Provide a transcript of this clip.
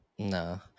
no